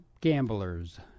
gamblers